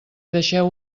deixeu